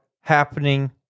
happening